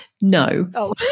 No